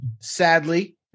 sadly